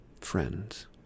Friends